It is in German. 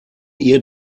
ihr